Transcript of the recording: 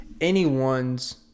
anyone's